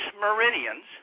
meridians